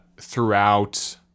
throughout